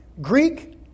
Greek